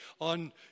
on